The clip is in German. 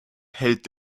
hält